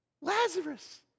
Lazarus